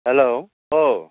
hello औ